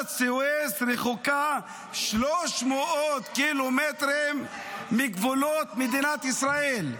תעלת סואץ רחוקה 300 ק"מ מגבולות מדינת ישראל.